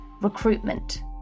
recruitment